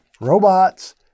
robots